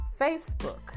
Facebook